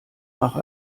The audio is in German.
nach